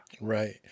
Right